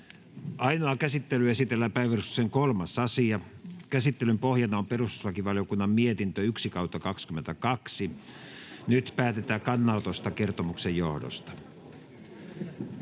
Ainoaan käsittelyyn esitellään päiväjärjestyksen 3. asia. Käsittelyn pohjana on perustuslakivaliokunnan mietintö PeVM 1/2022 vp. Nyt päätetään kannanotosta kertomuksen johdosta.